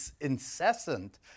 incessant